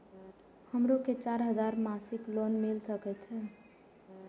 हमरो के चार हजार मासिक लोन मिल सके छे?